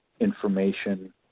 information